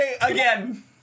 Again